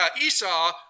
Esau